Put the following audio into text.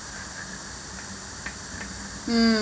mm